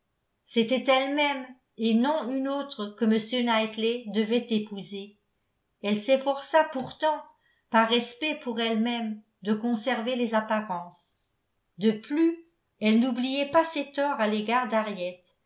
c'était elle-même et non une autre que m knightley devait épouser elle s'efforça pourtant par respect pour elle-même de conserver les apparences de plus elle n'oubliait pas ses torts à l'égard